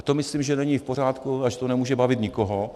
A to myslím, že není v pořádku a že to nemůže bavit nikoho.